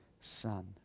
son